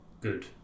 good